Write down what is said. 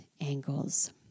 angles